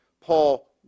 Paul